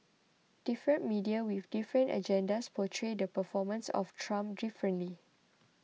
different media with different agendas portray the performance of Trump differently